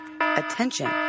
Attention